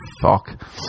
fuck